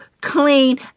clean